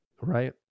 right